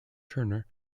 turner